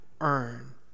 earn